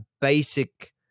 basic